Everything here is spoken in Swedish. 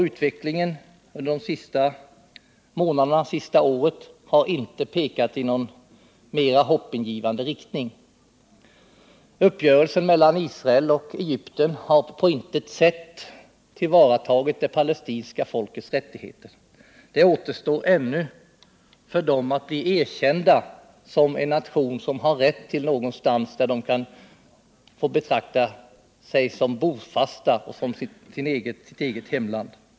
Utvecklingen under de senaste månaderna och det senaste året har inte pekat i någon mera hoppingivande riktning. Uppgörelsen mellan Israel och Egypten har på intet sätt tillvaratagit det palestinska folkets rättigheter. Det återstår för palestinierna att bli erkända som en nation, som har rätt till ett område där palestinierna kan få betrakta sig som bofasta, ett område som de kan se som sitt eget hemland.